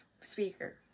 speaker